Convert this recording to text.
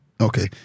Okay